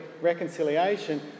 reconciliation